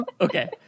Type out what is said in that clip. Okay